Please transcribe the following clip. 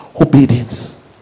Obedience